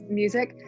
music